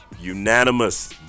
Unanimous